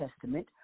Testament